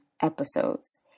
episodes